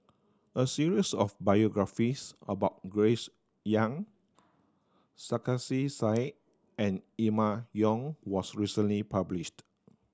a series of biographies about Grace Young Sarkasi Said and Emma Yong was recently published